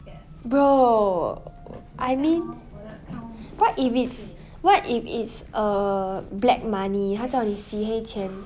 bro I mean what if it's what if it's err black money 他叫你洗黑钱